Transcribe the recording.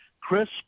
Chris